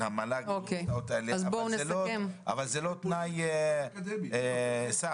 של המל"ג אבל זה לא תנאי סף,